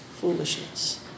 Foolishness